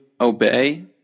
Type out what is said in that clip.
obey